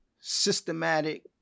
systematic